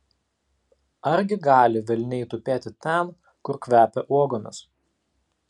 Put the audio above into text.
argi gali velniai tupėti ten kur kvepia uogomis